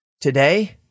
today